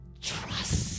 trust